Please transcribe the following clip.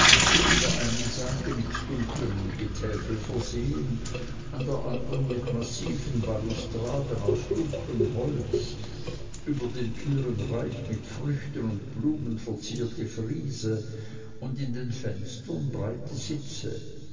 an der einen seite mit dunkelm getäfel versehen an der andern mit massiven ballustraden aus dunkelm holz über den türen reich mit früchten und blumen verzierte friese und in den fenstern breite sitze